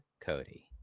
Cody